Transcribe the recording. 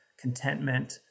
contentment